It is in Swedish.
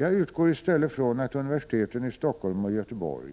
Jag utgår i stället från att universiteten i Stockholm och Göteborg